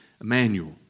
Emmanuel